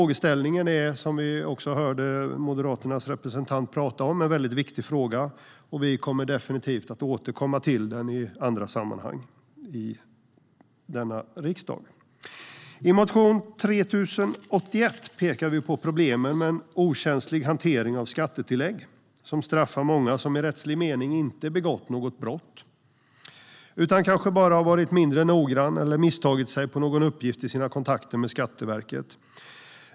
Som vi hörde Moderaternas representant här säga är detta en väldigt viktig fråga. Vi kommer definitivt att återkomma till den i riksdagen i andra sammanhang. I motion 3081 pekar vi på problemen med en okänslig hantering av skattetillägg, som straffar många som i rättslig mening inte har begått något brott, utan kanske bara har varit mindre noggrann eller misstagit sig på någon uppgift i sina kontakter med Skatteverket.